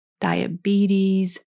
diabetes